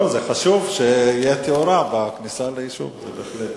חשוב שתהיה תאורה בכניסה ליישוב, בהחלט.